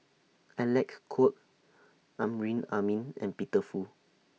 Alec Kuok Amrin Amin and Peter Fu